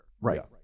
Right